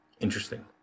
Interesting